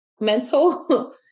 mental